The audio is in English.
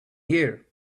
here